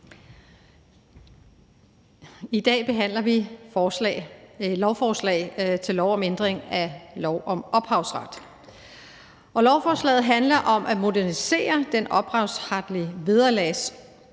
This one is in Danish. I dag behandler vi forslag til lov om ændring af lov om ophavsret, og lovforslaget handler om at modernisere den ophavsretlige vederlagsordning